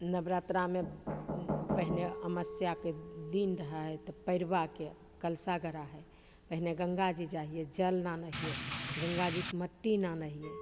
नवरात्रामे पहिले अमावस्याके दिन रहै हइ तऽ पड़िबाके कलशा गड़ाइ हइ पहिले गङ्गाजी जाइ हिए जल आनै हिए गङ्गाजीके मिट्टी आनै हिए